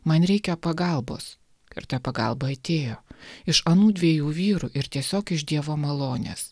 man reikia pagalbos ir ta pagalba atėjo iš anų dviejų vyrų ir tiesiog iš dievo malonės